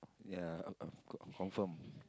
ya I I I confirm